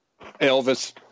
Elvis